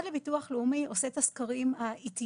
המוסד לביטוח לאומי עושה את הסקרים העתיים,